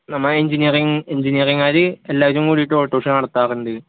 നമ്മൾ എൻജിനീയറിങ് എൻജിനീയറിങ്കാർ എല്ലാവരും കൂടിയിട്ട് ഓട്ടോ ഷോ നടത്താറുണ്ട്